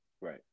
right